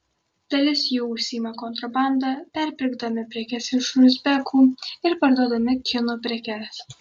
dalis jų užsiima kontrabanda perpirkdami prekes iš uzbekų ir parduodami kinų prekes